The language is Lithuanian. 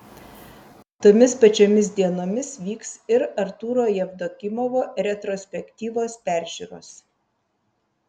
tomis pačiomis dienomis vyks ir artūro jevdokimovo retrospektyvos peržiūros